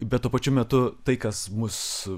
bet tuo pačiu metu tai kas mus